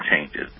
changes